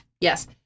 yes